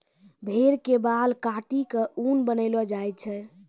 भेड़ के बाल काटी क ऊन बनैलो जाय छै